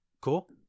Cool